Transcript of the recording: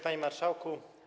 Panie Marszałku!